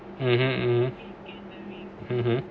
mmhmm (uh huh)